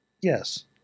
Yes